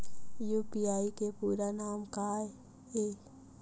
UPI के पूरा नाम का ये?